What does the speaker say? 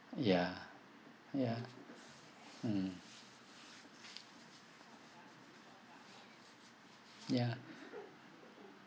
ya ya mm ya